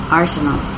arsenal